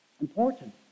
important